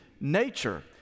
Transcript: nature